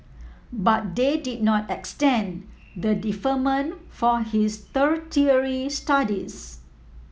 but they did not extend the deferment for his tertiary studies